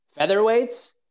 featherweights